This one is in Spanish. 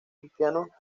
cristianos